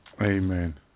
Amen